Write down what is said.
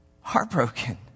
Heartbroken